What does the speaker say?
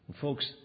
Folks